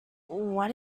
what